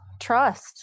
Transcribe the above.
trust